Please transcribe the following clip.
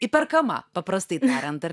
įperkama paprastai tariant ar